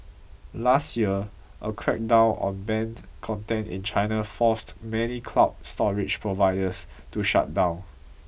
last year a crackdown on banned content in China forced many cloud storage providers to shut down